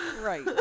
Right